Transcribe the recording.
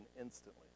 instantly